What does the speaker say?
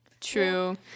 True